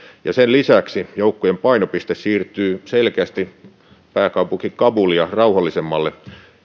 ja sen lisäksi joukkojen painopiste siirtyy selkeästi pääkaupunki kabulia rauhallisemmalle